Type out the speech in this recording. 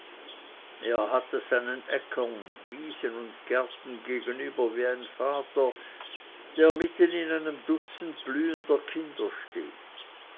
er hat es seinen äckern wiesen und gärten gegenüber wie ein vater der mitten in einem dutzend blühender kinder steht